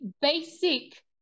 basic